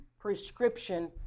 prescription